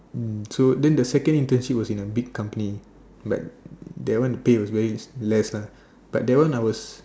mm so then the second internship was in a big company but that one pay was very less lah but that one I was